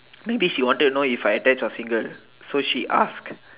maybe she wanted to know if I attached or single so she ask